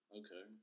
okay